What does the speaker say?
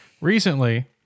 recently